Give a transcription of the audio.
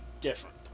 different